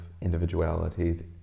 individualities